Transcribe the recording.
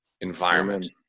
environment